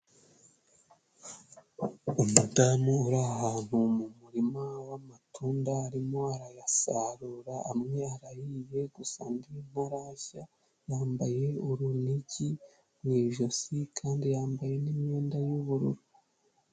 Umudamu uri ahantu mu murima w'amatunda arimo arayasarura, amwe arahiye gusa andi ntarashya, yambaye urunigi mu ijosi kandi yambaye n'imyenda y'ubururu.